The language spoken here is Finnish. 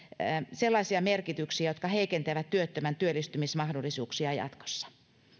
sellaisia merkityksiä jotka heikentävät työttömän työllistymismahdollisuuksia jatkossa